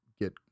get